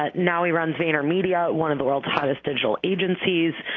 ah now he runs vaynermedia, one of the world's hottest digital agencies.